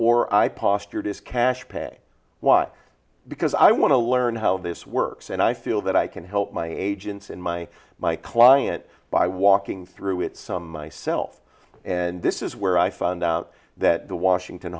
or i postured is cash pay what because i want to learn how this works and i feel that i can help my agents in my my client by walking through it some self and this is where i found out that the washington